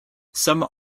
some